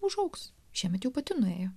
užaugs šiemet jau pati nuėjo